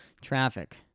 traffic